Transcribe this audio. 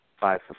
five